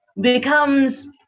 becomes